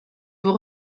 vous